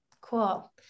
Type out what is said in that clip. Cool